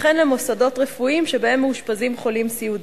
וכן למוסדות רפואיים שבהם מאושפזים חולים סיעודיים.